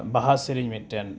ᱵᱟᱦᱟ ᱥᱮᱨᱮᱧ ᱢᱤᱫᱴᱮᱱ